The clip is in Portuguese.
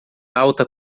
alta